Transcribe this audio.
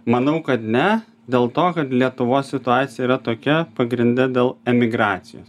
manau kad ne dėl to kad lietuvos situacija yra tokia pagrinde dėl emigracijos